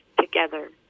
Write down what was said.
together